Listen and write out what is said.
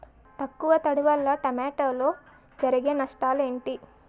తక్కువ తడి వల్ల టమోటాలో జరిగే నష్టాలేంటి?